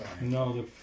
no